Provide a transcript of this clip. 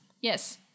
Yes